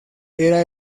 era